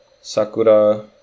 Sakura